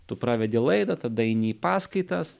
tu pravedi laidą tada eini į paskaitas